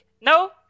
No